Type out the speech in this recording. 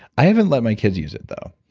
i haven't let my kids use it, though,